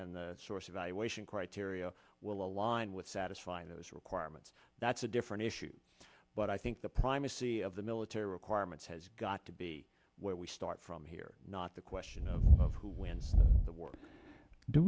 and source evaluation criteria will align with satisfy those requirements that's a different issue but i think the primacy of the military requirements has got to be where we start from here not the question of who wins the war do